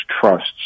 trusts